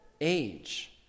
age